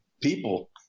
people